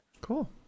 cool